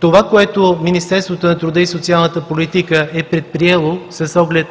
Това, което Министерството на труда и социалната политика е предприело с оглед